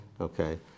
okay